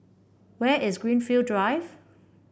where is Greenfield Drive